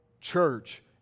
church